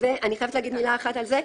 אני חייבת להגיד מילה על זה.